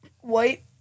white